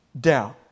down